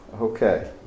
Okay